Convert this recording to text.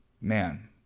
Man